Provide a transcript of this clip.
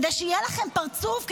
כדי שיהיה לכם פרצוף,